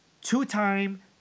two-time